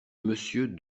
monsieur